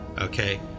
Okay